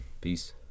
Peace